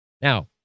Now